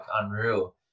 unreal